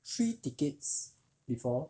three tickets before